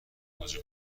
گوجه